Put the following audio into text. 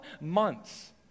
months